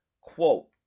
quote